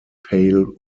pale